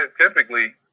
typically